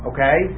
Okay